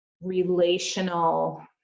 relational